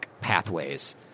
pathways